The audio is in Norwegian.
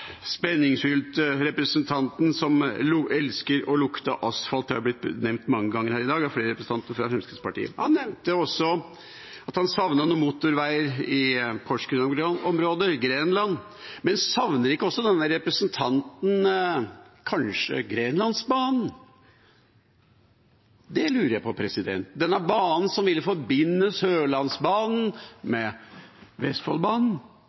spenningsfylte representanten som elsker lukta av asfalt, det er nevnt mange ganger her i dag av flere representanter fra Fremskrittspartiet. Han nevnte også at han savner noen motorveier i Porsgrunn-området, i Grenland, men savner ikke denne representanten også Grenlandsbanen? Det lurer jeg på. Denne banen som ville forbinde Sørlandsbanen med Vestfoldbanen?